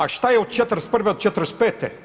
A šta je od '41. do '45.